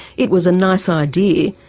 it was a nice idea,